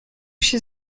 się